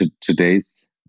today's